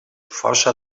força